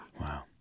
Wow